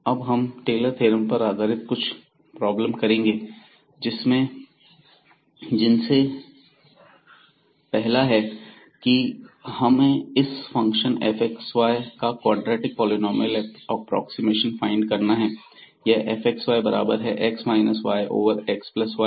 अब हम Taylor theorem पर आधारित कुछ प्रॉब्लम करेंगे जिनमें से पहला है कि हमें इस फंक्शन fxy का क्वाड्रेटिक पॉलिनॉमियल एप्रोक्सीमेशन फाइंड करना है यह fxy बराबर है x minus y over x plus y के